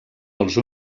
els